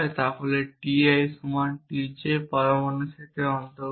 তাহলে t i সমান t j পরমাণুর সেটের অন্তর্গত